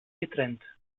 getrennt